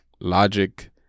Logic